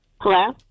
Hello